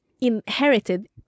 inherited